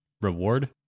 reward